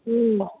ꯎꯝ